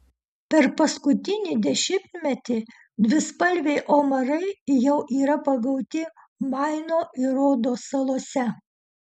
per paskutinį dešimtmetį dvispalviai omarai jau yra pagauti maino ir rodo salose